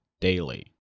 Daily